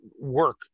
work